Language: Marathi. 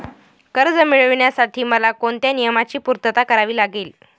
कर्ज मिळविण्यासाठी मला कोणत्या नियमांची पूर्तता करावी लागेल?